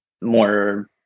more